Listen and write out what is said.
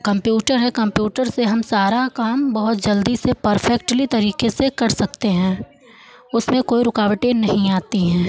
computer है computer से हम सारा काम बहुत जल्दी से परफ़ेक्टली तरीके से कर सकते हैं उसमें कोई रुकावटें नहीं आती हैं